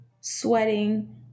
sweating